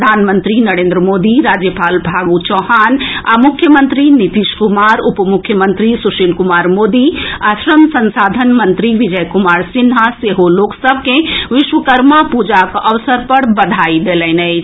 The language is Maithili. प्रधानमंत्री नरेन्द्र मोदी राज्यपाल फागू चौहान आ मुख्यमंत्री नीतीश कुमार उपमुख्यमंत्री सुशील कुमार मेदी आ श्रम संसाधन मंत्री विजय कुमार सिन्हा सेहो लोक सभ के विश्वकर्मा पूजाक अवसर पर बधाई देलनि अछि